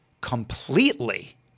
completely